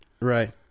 Right